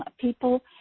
people